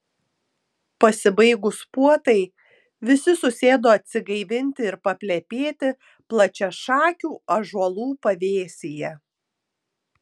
pasibaigus puotai visi susėdo atsigaivinti ir paplepėti plačiašakių ąžuolų pavėsyje